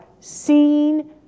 seen